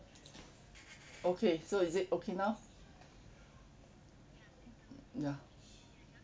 okay so is it okay now ya